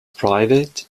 private